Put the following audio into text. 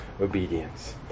obedience